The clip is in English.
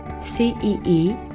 CEE